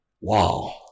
wow